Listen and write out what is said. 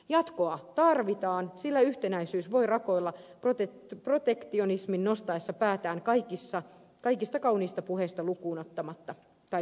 jatkoa tarvitaan sillä yhtenäisyys voi rakoilla protektionismin nostaessa päätään kaikista kauniista puheista huolimatta